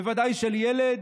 וודאי של ילד,